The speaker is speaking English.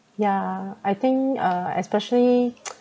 yeah I think uh especially